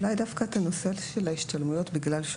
אולי דווקא את הנושא של ההשתלמויות בגלל שהוא